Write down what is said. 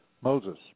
Moses